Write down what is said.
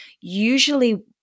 Usually